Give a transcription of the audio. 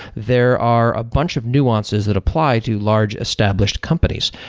there are a bunch of nuances that apply to large established companies.